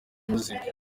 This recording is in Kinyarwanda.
music